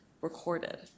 recorded